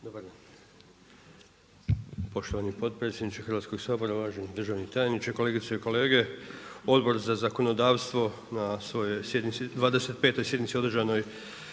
Davor (HSS)** Poštovani potpredsjedniče Hrvatskog sabora. Uvaženi državni tajniče, kolegice i kolege, Odbor za zakonodavstvo na svojoj sjednici, 25 sjednici održanoj